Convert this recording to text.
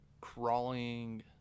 crawling